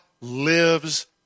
lives